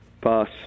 Pass